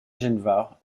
genevard